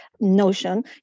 notion